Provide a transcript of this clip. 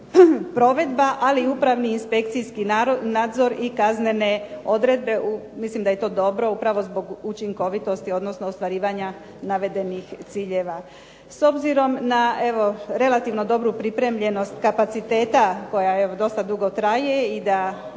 provedba, ali i upravni inspekcijski nadzor i kaznene odredbe. Mislim da je to dobro upravo zbog učinkovitosti, odnosno ostvarivanja navedenih ciljeva. S obzirom na evo relativno dobru pripremljenost kapaciteta koja dosta dugo traje i da